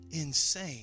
insane